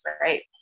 right